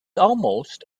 almost